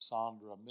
Sandra